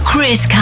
Chris